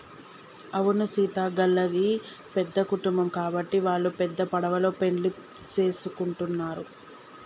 అవును సీత గళ్ళది పెద్ద కుటుంబం గాబట్టి వాల్లు పెద్ద పడవలో పెండ్లి సేసుకుంటున్నరు